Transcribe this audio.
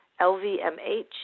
LVMH